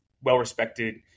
well-respected